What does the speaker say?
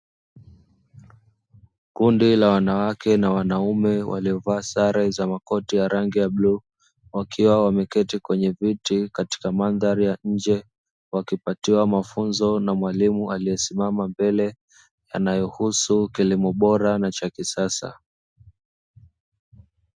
Kundi la wanawake na wanaume walio vaa sare ya makoti ya rangi ya bluu, wakiwa wameketi katika viti katika mandhari ya nje, wakipatia mafunzo na mwalimu aliyesimama mbele yanayohusu elimu bora na cha kisasa.